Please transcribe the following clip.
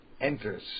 enters